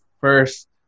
first